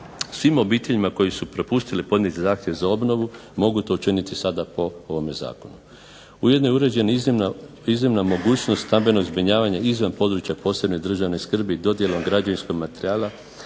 Svim obiteljima koji su propustili podnijeti zahtjev za obnovu mogu to učiniti sada po ovome zakonu. Ujedno je uređen iznimna mogućnost stambenog zbrinjavanja izvan područja posebne državne skrbi dodjelom građevinskog materijala